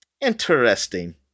interesting